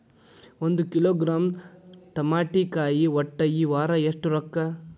ಒಂದ್ ಕಿಲೋಗ್ರಾಂ ತಮಾಟಿಕಾಯಿ ಒಟ್ಟ ಈ ವಾರ ಎಷ್ಟ ರೊಕ್ಕಾ?